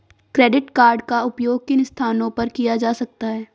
Credit card का उपयोग किन स्थानों पर किया जा सकता है?